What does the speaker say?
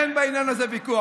אין בעניין הזה ויכוח.